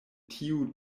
tiu